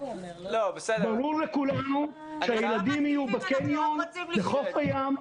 ברור לכולנו שהילדים יהיו בקניון, בחוף הים,